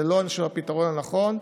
זה לא הפתרון הנכון.